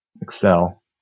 excel